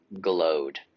glowed